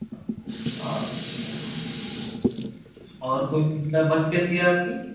अच्छा और कोई सुविधा बस कैसी है आप की